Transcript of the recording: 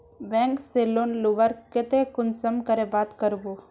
Bank से लोन लुबार केते कुंसम करे बात करबो?